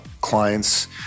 clients